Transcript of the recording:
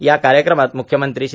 या कार्यक्रमात मुख्यमंत्री श्री